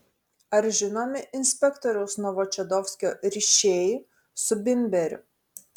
ar žinomi inspektoriaus novočadovskio ryšiai su bimberiu